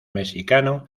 mexicano